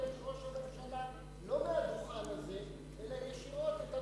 עם ראש הממשלה לא מהדוכן הזה אלא ישירות.